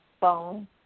phone